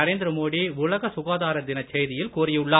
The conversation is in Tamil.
நரேந்திர மோடி உலக சுகாதார தினச் செய்தியில் கூறியுள்ளார்